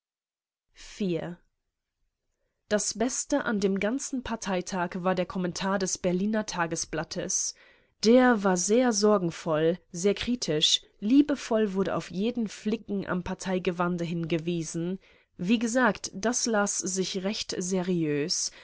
das beste an dem ganzen parteitag war der kommentar des berliner tageblattes der war sehr sorgenvoll sehr kritisch liebevoll wurde auf jeden flicken am parteigewande hingewiesen wie gesagt das las sich recht seriös